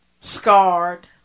scarred